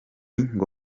ngo